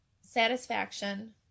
satisfaction